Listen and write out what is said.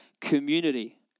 community